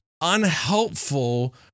unhelpful